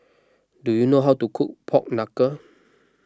do you know how to cook Pork Knuckle